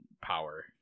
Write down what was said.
power